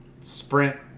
Sprint